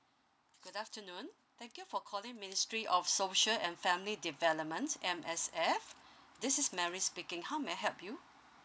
good afternoon thank you for calling ministry of social and family developments M_S_F this is mary speaking how may I help you